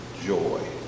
joy